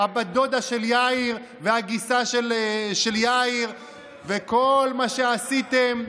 הבת דודה של יאיר והגיסה של יאיר וכל מה שעשיתם,